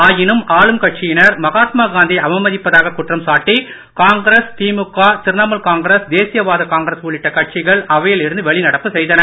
ஆயினும் ஆளும் கட்சியினர் மகாத்மாகாந்தியை அவமதிப்பதாக குற்றம் சாட்டி காங்கிரஸ் திமுக திரிணமுல் காங்கிரஸ் தேசியவாத காங்கிரஸ் உள்ளிட்ட கட்சிகள் அவையில் இருந்து வெளிநடப்பு செய்தன